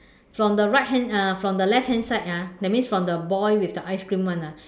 from the right hand uh from the left hand side ah that means from the boy with the ice cream [one] ah